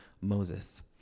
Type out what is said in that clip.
Moses